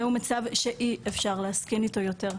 זהו מצב שאי-אפשר להסכים איתו יותר.